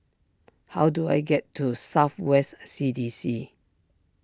how do I get to South West C D C